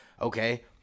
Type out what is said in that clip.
okay